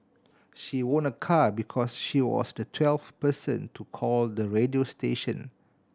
she won a car because she was the twelfth person to call the radio station